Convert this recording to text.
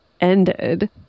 ended